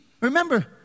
remember